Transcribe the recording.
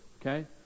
okay